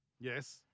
Yes